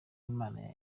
imana